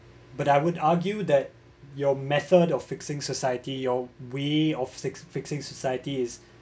but I would argue that your method of fixing society your way of fix~ fixing society is